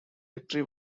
victory